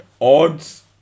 odds